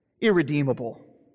irredeemable